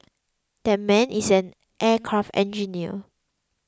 that man is an aircraft engineer